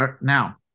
now